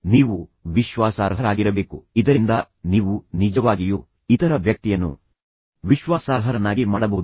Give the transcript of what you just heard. ನೀವು ವಿಶ್ವಾಸಾರ್ಹರಾಗಿರಬೇಕು ಇದರಿಂದ ನೀವು ನಿಜವಾಗಿಯೂ ಇತರ ವ್ಯಕ್ತಿಯನ್ನು ಸಹ ವಿಶ್ವಾಸಾರ್ಹರನ್ನಾಗಿ ಮಾಡಬಹುದು